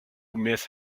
miss